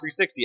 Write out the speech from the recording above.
360